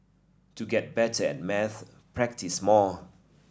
to get better at maths practise more